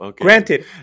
Granted